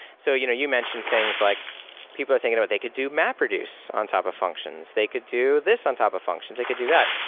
so you know you mentioned things like people are thinking about but they could do mapreduce on top of functions. they could do this on top of functions. they could do that.